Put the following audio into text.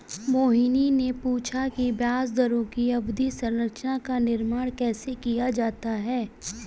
मोहिनी ने पूछा कि ब्याज दरों की अवधि संरचना का निर्माण कैसे किया जाता है?